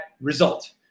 result